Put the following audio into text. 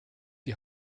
die